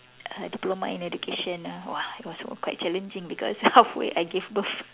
uh diploma in education ah !wah! it was so quite challenging because halfway I gave birth